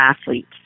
athletes